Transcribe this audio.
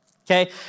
okay